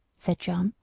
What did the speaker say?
said john,